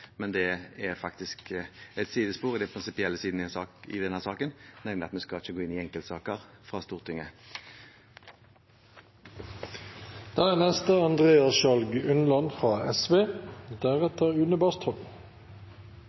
men det er faktisk et sidespor i de prinsipielle sidene i denne saken, nemlig at vi ikke skal gå inn i enkeltsaker fra